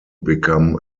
become